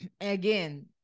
again